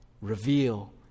reveal